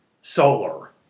solar